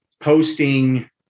posting